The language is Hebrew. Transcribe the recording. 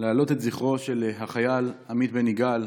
להעלות את זכרו של החייל עמית בן יגאל,